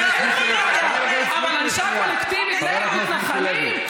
סמוטריץ, חבר הכנסת מיקי לוי.